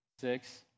Six